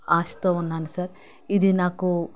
ఆశతో ఉన్నాను సార్ ఇది నాకు